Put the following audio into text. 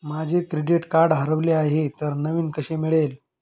माझे credit card हरवले आहे तर नवीन कसे मिळेल?